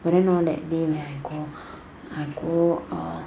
but then hor that day when I go err I go err